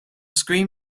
screen